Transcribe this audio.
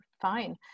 fine